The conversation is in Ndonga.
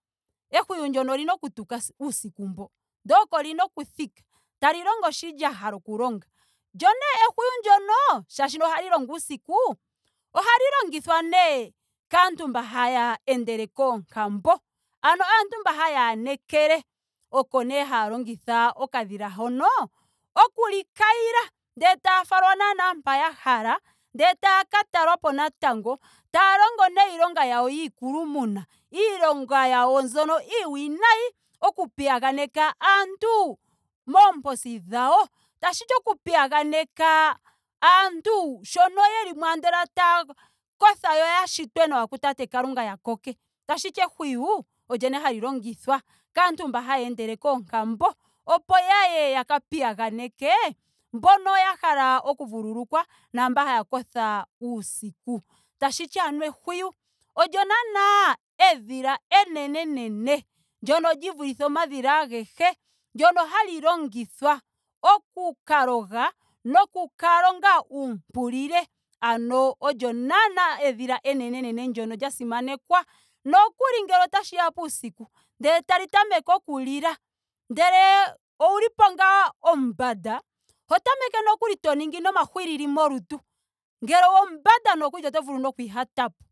Ehwiyu ndyono olina oku tuka si- uusiku mbo. Ndele oko lina oku thika. Tali longo shi lya hala oku longa. Lyo nee ehwiyu ndyono molwaashoka ohali longo uusiku ohali longithwa nee kaantu mba haya endele koonkambo. Ano aantu mbo haya anekele. Oko nee haya longitha okadhila hono. okuli kayila ndele taya falwa naana mpa ya hala. ndele taya ka talwapo natango. taa longo nee iilonga yawo yiikulumuna. iilonga yawo mbyono iiwinayi oku piyaganeka aantu moomposi dhawo. Tashiti okupiyanega aantu shono yelimo andola taya kotha yo ya shitwe nawa ku tate kalunga ya koke. Tashiti ehwiyu olyo nee hali longithwa kaantu mba haya endele koonkambo opo yaye yaka piyaganeke mbono ya hala oku vululukwa naamba haya kotha uusiku. Tashhiti ano ehwiyu olyo naana edhila enenene ndyono li vulithe omadhila agehe ndyono hali longithwa oku ka loga noku ka longa uumpulile. Ano olyo naana edhila enenene ndyoka lya simanekwa nookuli ngele otashiya puusiku ndele tali tameke oku lila. ngele ouli ngaa omumbanda oho tameke nokuli to ningi nomahwilili molutu. Ngele omumbanda oto vulu noku ihatapo.